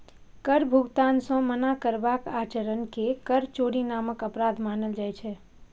कर भुगतान सं मना करबाक आचरण कें कर चोरी नामक अपराध मानल जाइ छै